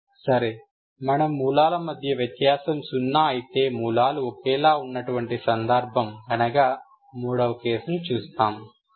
సరే మనం మూలాల మధ్య వ్యత్యాసం సున్నా అయితే మూలాలు ఒకేలా ఉన్నటువంటి సందర్భం అనగా మూడవ కేసును చూస్తాము